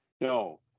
no